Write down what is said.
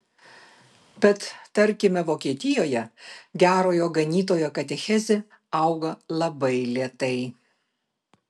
bet tarkime vokietijoje gerojo ganytojo katechezė auga labai lėtai